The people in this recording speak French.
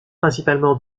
principalement